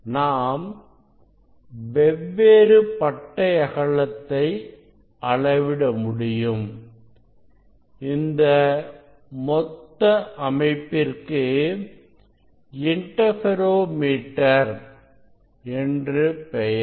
நாம் வெவ்வேறு பட்டை அகலத்தை அளவிட முடியும் இந்த மொத்த அமைப்பிற்கு இன்டர்பெரோ மீட்டர் என்று பெயர்